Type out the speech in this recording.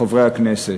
חברי הכנסת.